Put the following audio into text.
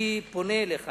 אני פונה אליך,